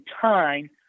time